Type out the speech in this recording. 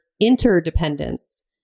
interdependence